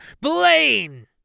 Blaine